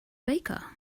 baker